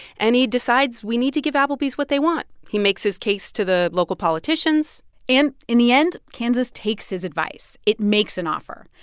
and he decides we need to give applebee's what they want. he makes his case to the local politicians and in the end, kansas takes his advice. it makes an offer.